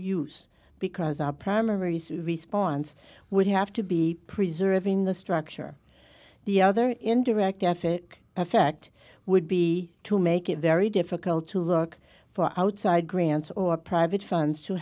use because our primaries response would have to be preserving the structure the other indirect assoc effect would be to make it very difficult to look for outside grants or private funds to